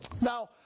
Now